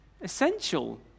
essential